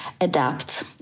adapt